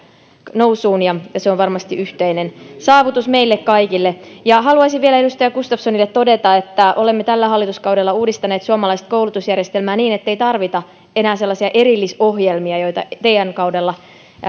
nousuun ja ja se on varmasti yhteinen saavutus meille kaikille haluaisin vielä edustaja gustafssonille todeta että olemme tällä hallituskaudella uudistaneet suomalaista koulutusjärjestelmää niin ettei tarvita enää sellaisia erillisohjelmia joita teidän kaudellanne